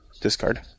Discard